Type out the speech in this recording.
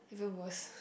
even worse